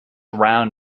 round